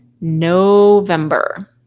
November